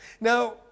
Now